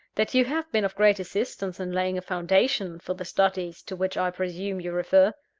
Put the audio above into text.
that you have been of great assistance in laying a foundation for the studies to which i presume you refer.